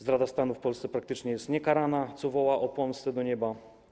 Zdrada stanu w Polsce praktycznie jest niekarana, co woła o pomstę do nieba.